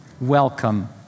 Welcome